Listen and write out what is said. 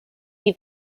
die